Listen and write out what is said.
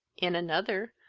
in another,